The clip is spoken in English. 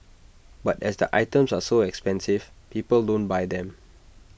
but as the items are so expensive people don't buy them